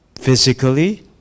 physically